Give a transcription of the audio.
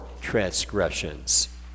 transgressions